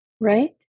right